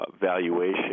valuation